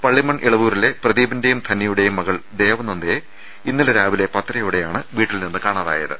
പള്ളിമൺ ് ഇളവൂരിലെ പ്രദീപിന്റെയും ധന്യയുടെയും മകൾ ദേവനന്ദയെ ഇന്നലെ രാവിലെ പത്തരയോടെയാണ് വീട്ടിൽനിന്നും കാണാതായത്